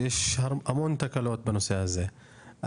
ויש המון תקלות בנושא הזה.